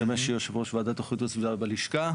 משמש כיושב ראש ועדת איכות הסביבה בלשכה.